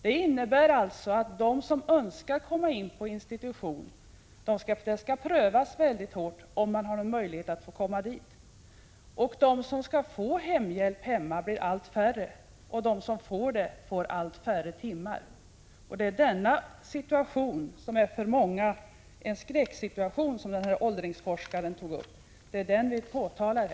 Det innebär alltså att de som önskar komma in på institution skall prövas väldigt hårt innan de får möjlighet att komma dit. De som får hemhjälp blir allt färre, och de får också allt färre timmar. Det är denna situation, som för många är en sådan skräcksituation som åldersforskaren talade om, som vi påtalade.